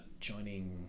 joining